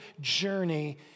journey